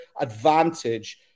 advantage